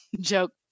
joke